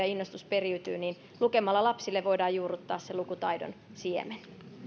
innostus periytyvät niin lukemalla lapsille voidaan juurruttaa se lukutaidon siemen